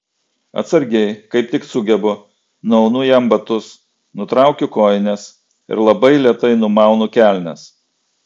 atsargiai kaip tik sugebu nuaunu jam batus nutraukiu kojines ir labai lėtai numaunu kelnes